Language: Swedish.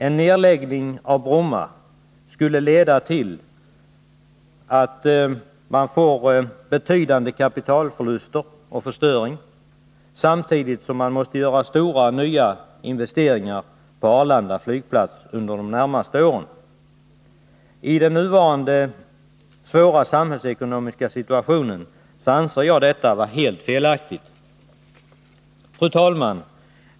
En nedläggning av Bromma skulle leda till en betydande kapitalförstöring, samtidigt som stora investeringar inom de närmaste åren måste göras på Arlanda. I nuvarande svåra samhällskonomiska situation anser jag detta vara helt felaktigt. Fru talman!